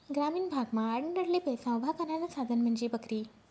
ग्रामीण भागमा आडनडले पैसा उभा करानं साधन म्हंजी बकरी